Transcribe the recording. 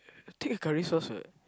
take a curry sauce what